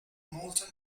molten